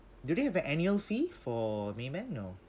do they have a annual fee for maybank no